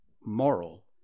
moral